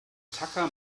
tacker